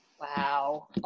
Wow